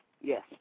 Yes